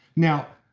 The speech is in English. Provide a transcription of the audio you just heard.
now,